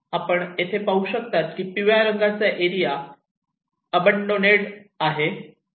आपण येथे पाहू शकता की पिवळ्या रंगाचा एरिया अबंडोनेड आहेत